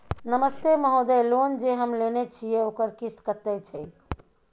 नमस्ते महोदय, लोन जे हम लेने छिये ओकर किस्त कत्ते छै?